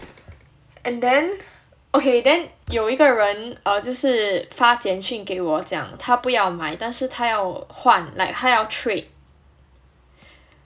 and then okay then 有一个人 err 就是发简讯给我讲他不要买但是他要换 like 他要 trade